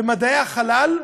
במדעי החלל,